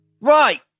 Right